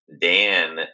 Dan